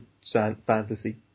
fantasy